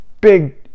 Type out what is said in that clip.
big